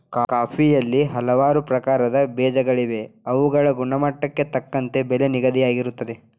ಕಾಫಿಯಲ್ಲಿ ಹಲವಾರು ಪ್ರಕಾರದ ಬೇಜಗಳಿವೆ ಅವುಗಳ ಗುಣಮಟ್ಟಕ್ಕೆ ತಕ್ಕಂತೆ ಬೆಲೆ ನಿಗದಿಯಾಗಿರುತ್ತದೆ